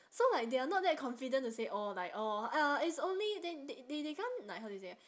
so like they are not that confident to say orh like orh uh it's only the~ they they can't like how do you say